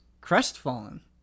Crestfallen